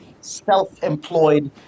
self-employed